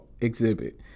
Exhibit